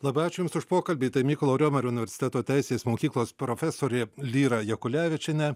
labai ačiū jums už pokalbį mykolo romerio universiteto teisės mokyklos profesorė lyra jakulevičienė